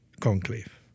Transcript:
conclave